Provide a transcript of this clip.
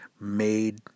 made